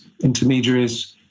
intermediaries